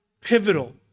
pivotal